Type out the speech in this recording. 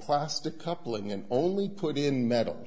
plastic coupling and only put in metal